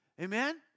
Amen